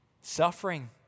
suffering